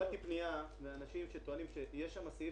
קיבלתי פנייה מאנשים שטוענים שיש שם סעיף